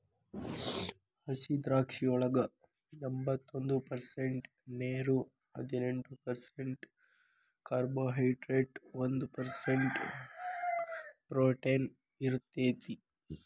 ಹಸಿದ್ರಾಕ್ಷಿಯೊಳಗ ಎಂಬತ್ತೊಂದ ಪರ್ಸೆಂಟ್ ನೇರು, ಹದಿನೆಂಟ್ ಪರ್ಸೆಂಟ್ ಕಾರ್ಬೋಹೈಡ್ರೇಟ್ ಒಂದ್ ಪರ್ಸೆಂಟ್ ಪ್ರೊಟೇನ್ ಇರತೇತಿ